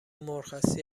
مرخصی